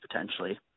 potentially